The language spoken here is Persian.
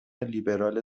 لیبرال